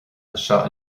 anseo